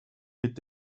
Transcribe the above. mit